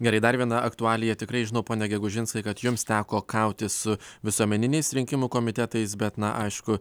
gerai dar viena aktualija tikrai žinau pone gegužinskai kad jums teko kautis su visuomeniniais rinkimų komitetais bet na aišku